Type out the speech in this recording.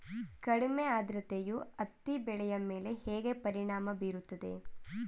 ಕಡಿಮೆ ಆದ್ರತೆಯು ಹತ್ತಿ ಬೆಳೆಯ ಮೇಲೆ ಹೇಗೆ ಪರಿಣಾಮ ಬೀರುತ್ತದೆ?